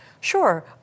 Sure